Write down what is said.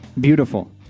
Beautiful